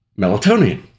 melatonin